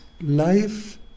life